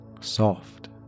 soft